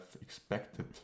expected